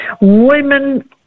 women